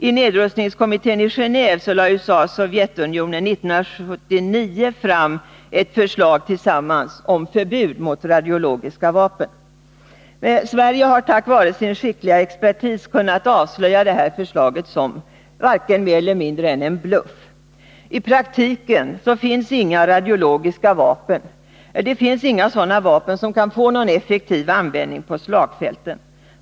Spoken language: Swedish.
I nedrustningskommittén i Genåve lade USA och Sovjetunionen 1979 tillsammans fram ett förslag om förbud mot radiologiska vapen. Sverige har tack vare sin skickliga expertis kunnat avslöja det här förslaget som mer eller mindre en bluff. I praktiken finns det inga radiologiska vapen som kan komma till effektiv användning på slagfälten.